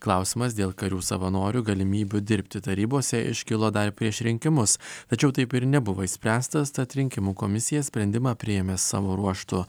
klausimas dėl karių savanorių galimybių dirbti tarybose iškilo dar prieš rinkimus tačiau taip ir nebuvo išspręstas tad rinkimų komisija sprendimą priėmė savo ruožtu